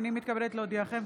הינני מתכבדת להודיעכם,